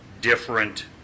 different